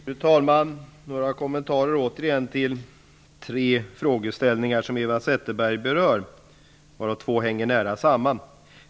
Fru talman! Jag har återigen några kommentarer till tre frågeställningar som Eva Zetterberg berör. Två av dessa hänger nära samman.